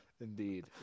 Indeed